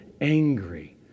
angry